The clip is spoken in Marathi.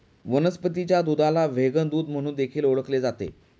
वनस्पतीच्या दुधाला व्हेगन दूध म्हणून देखील ओळखले जाते